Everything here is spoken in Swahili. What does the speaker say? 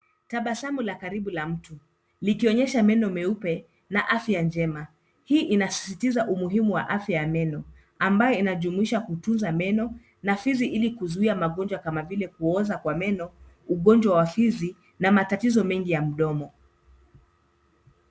Tabasamu la karibu la mtu likionyesha meno meupe na afya njema. Hii inasisitiza umuhimu wa afya ya meno ambayo inajumuisha kutunza meno na fizi ili kuzuia magonjwa kama vile kuoza kwa meno, ugonjwa wa fizi, na matatizo mengi ya mdomo.